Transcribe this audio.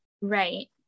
Right